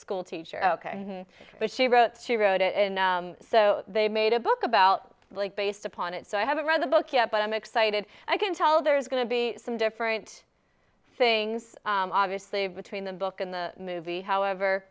school teacher ok but she wrote she wrote it and so they made a book about like based upon it so i haven't read the book yet but i'm excited i can tell there is going to be some different things obviously between the book and the movie however